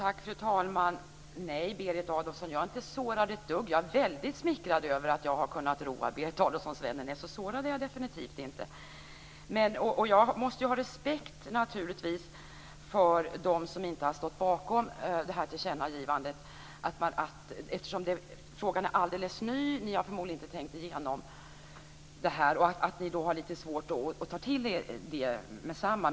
Fru talman! Nej, Berit Adolfsson, jag är inte ett dugg sårad. Jag är väldigt smickrad över att jag har kunnat roa Berit Adolfssons vänner. Sårad är jag definitivt inte. Jag måste naturligtvis ha respekt för dem som inte har stått bakom det här tillkännagivandet. Frågan är ju alldeles ny. Ni har förmodligen inte tänkt igenom det här. Då har ni lite svårt att ta till er det meddetsamma.